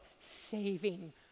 saving